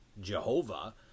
Jehovah